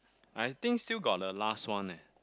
I think still got the last one eh